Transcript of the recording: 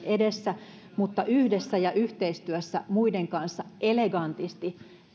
edessä mutta yhdessä ja yhteistyössä muiden kanssa elegantisti